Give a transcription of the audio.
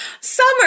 Summer